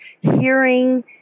hearing